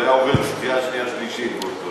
אז זה היה עובר קריאה שנייה ושלישית באותו,